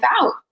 out